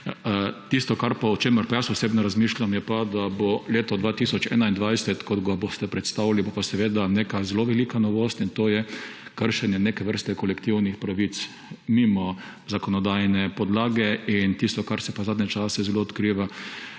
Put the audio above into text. Tisto, o čemer pa jaz osebno razmišljam, je pa, da bo leto 2021, ko ga boste predstavili, bo pa seveda neka zelo velika novost in to je kršenje neke vrste kolektivnih pravic mimo zakonodajne podlage, in tisto, kar se pa zadnje čase zelo odkriva,